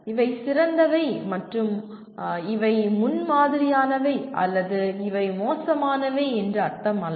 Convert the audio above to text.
இவை சிறந்தவை மற்றும் இவை முன்மாதிரியானவை அல்லது இவை மோசமானவை என்று அர்த்தமல்ல